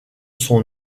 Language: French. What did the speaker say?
son